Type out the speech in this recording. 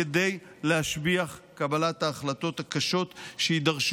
כדי להשביח את קבלת ההחלטות הקשות שיידרשו,